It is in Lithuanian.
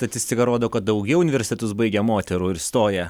statistika rodo kad daugiau universitetus baigia moterų ir stoja